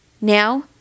Now